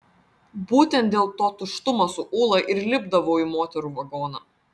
būtent dėl to tuštumo su ūla ir lipdavau į moterų vagoną